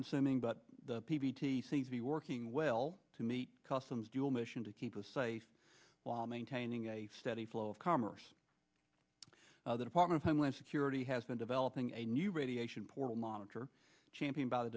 consuming but the p b t seem to be working well to meet customs dual mission to keep us safe while maintaining a steady flow of commerce the department of homeland security has been developing a new radiation portal monitor championed by the